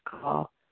call